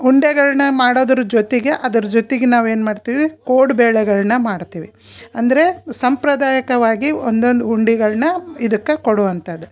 ಉಂಡೆಗಳನ್ನ ಮಾಡೋದ್ರ ಜೊತೆಗೆ ಅದ್ರ ಜೊತೆಗೆ ನಾವು ಏನು ಮಾಡ್ತೀವಿ ಕೋಡುಬಳೆಗಳ್ನ ಮಾಡ್ತೀವಿ ಅಂದರೆ ಸಾಂಪ್ರದಾಯಿಕವಾಗಿ ಒಂದೊಂದು ಉಂಡೆಗಳ್ನ ಇದಕ್ಕೆ ಕೊಡುವಂಥದ್ದು